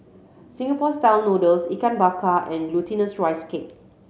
Singapore Style Noodles Ikan Bakar and Glutinous Rice Cake